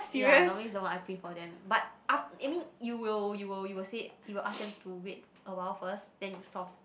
ya normally is the one I print for them but af~ I mean you will you will you will say you will ask them to wait a while first then you solve